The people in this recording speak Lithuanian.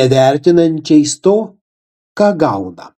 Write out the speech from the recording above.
nevertinančiais to ką gauna